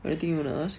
anything you wanna ask